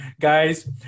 guys